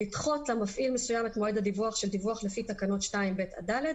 לדחות למפעיל מסוים את מועד הדיווח של דיווח לפי תקנות 2(ב) עד (ד),